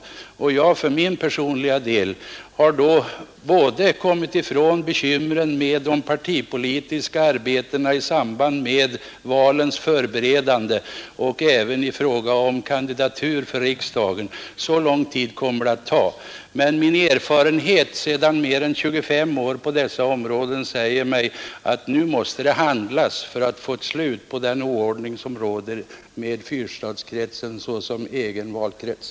Då har jag för min personliga del kommit ifrån såväl bekymren med de partipolitiska arbetena i samband med valens förberedande som i fråga om kandidatur för riksdagen. Så lång tid kommer det att ta, men min erfarenhet sedan mer än 25 år säger mig att nu måste det handlas för att få ett slut på den oordning som råder med fyrstadskretsen som egen valkrets.